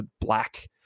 black